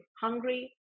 hungry